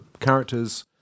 characters